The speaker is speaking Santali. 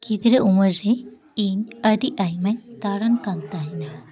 ᱜᱤᱫᱽᱨᱟᱹ ᱩᱢᱮᱨ ᱨᱮ ᱤᱧ ᱟᱹᱰᱤ ᱟᱭᱢᱟᱧ ᱫᱟᱬᱟᱱ ᱠᱟᱱ ᱛᱟᱦᱮᱸᱱᱟ